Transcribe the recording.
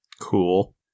Cool